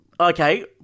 Okay